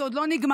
זה עוד לא נגמר,